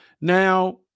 Now